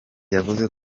yavuze